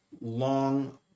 long